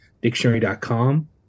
Dictionary.com